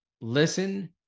listen